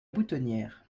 boutonniere